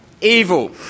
evil